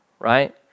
right